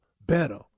better